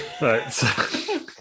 right